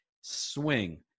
swing